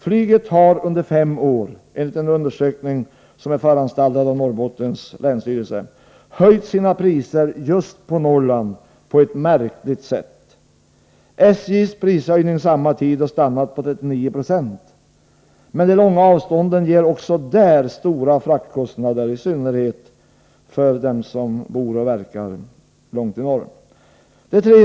Flyget har under fem år — enligt en undersökning som är föranstaltad av länsstyrelsen i | 80 Norrbotten — höjt sina priser just på Norrland på ett märkligt sätt. SJ:s prishöjning samma tid har stannat vid 39 20 — men de långa avstånden ger också där stora fraktkostnader, i synnerhet för dem som bor och verkar långt i norr. 3.